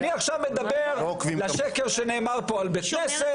אני עכשיו מדבר על השקר שנאמר פה על בתי כנסת,